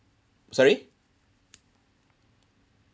sorry